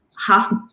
half